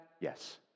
Yes